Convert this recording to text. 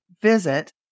Visit